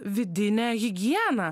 vidinė higiena